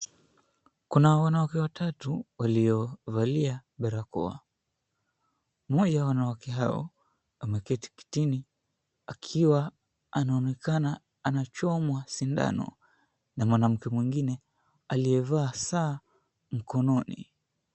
Kuna wanawake watatu waliovalia barakoa. Mmoja wa wanawake hao ameketi kitini akiwa anaonekana anachomwa sindano na mwanamke mwingine aliyevaa saa mkononi.